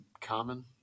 common